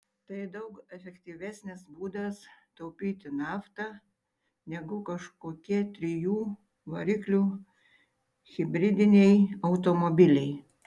tai daug efektyvesnis būdas taupyti naftą negu kažkokie trijų variklių hibridiniai automobiliai